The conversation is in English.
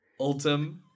Ultim